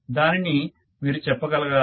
దానిని మీరు చెప్పగలగాలి